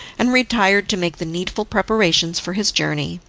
and retired to make the needful preparations for his journey.